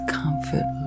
comfort